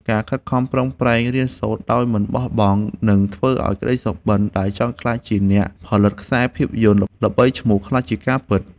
ការខិតខំប្រឹងប្រែងរៀនសូត្រដោយមិនបោះបង់នឹងធ្វើឱ្យក្តីសុបិនដែលចង់ក្លាយជាអ្នកផលិតខ្សែភាពយន្តល្បីឈ្មោះក្លាយជាការិត។